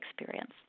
experience